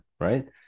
right